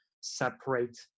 separate